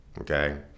Okay